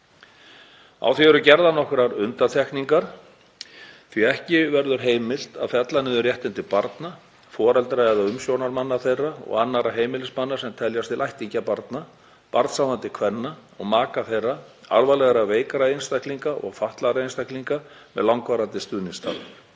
Á því eru gerðar nokkrar undantekningar því að ekki verður heimilt að fella niður réttindi barna, foreldra eða umsjónarmanna þeirra og annarra heimilismanna sem teljast til ættingja barna, barnshafandi kvenna og maka þeirra, alvarlegra veikra einstaklinga og fatlaðra einstaklinga með langvarandi stuðningsþarfir.